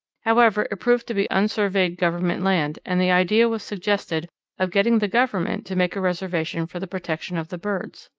however, it proved to be unsurveyed government land, and the idea was suggested of getting the government to make a reservation for the protection of the birds.